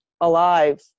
alive